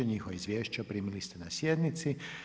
Njihova izvješća primili ste na sjednici.